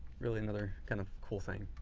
really another kind of cool thing.